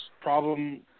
problem